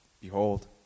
behold